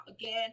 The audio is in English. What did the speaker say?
again